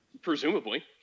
presumably